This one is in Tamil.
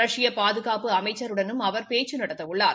ரஷ்ய பாதுகாப்பு அமைச்சருடனும் அவர் பேச்சு நடத்த உள்ளார்